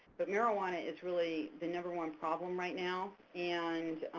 but marijuana is really the number one problem right now. and